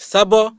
Sabo